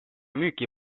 müüki